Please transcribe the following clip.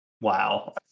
Wow